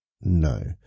No